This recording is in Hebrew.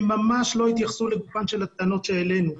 הן ממש לא התייחסו לגופן של הטענות שהעלינו.